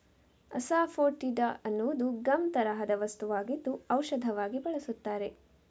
asafoetida ಅನ್ನುವುದು gum ತರಹದ ವಸ್ತುವಾಗಿದ್ದು ಔಷಧವಾಗಿ ಬಳಸುತ್ತಾರೆ